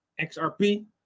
XRP